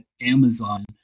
Amazon